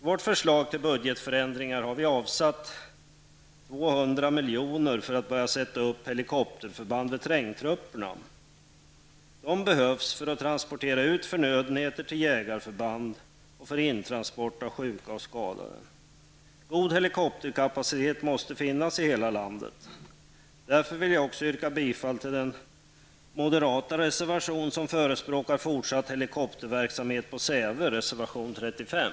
Vårt förslag till budgetförändringar innebär att vi avsätter 200 miljoner i det här sammanhanget, så att det går att sätta upp helikopterförband vid terrängtrupperna. De behövs för transporter av förnödenheter till jägarförband och för intransporter av sjuka och skadade. Det måste finnas en god helikopterkapacitet överallt i vårt land. Därför yrkar jag också bifall till den moderata reservationen, där man förespråkar fortsatt helikopterverksamhet på Säve. Det handlar alltså om reservation 35.